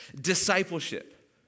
discipleship